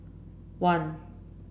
one